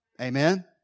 Amen